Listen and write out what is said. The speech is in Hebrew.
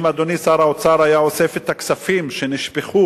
אם אדוני שר האוצר היה אוסף את הכספים שנשפכו